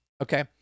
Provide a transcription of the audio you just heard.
Okay